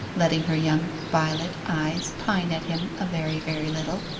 letting her young violet eyes pine at him a very, very little.